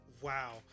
wow